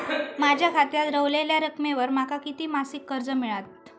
माझ्या खात्यात रव्हलेल्या रकमेवर माका किती मासिक कर्ज मिळात?